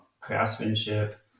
craftsmanship